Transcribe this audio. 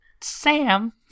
Sam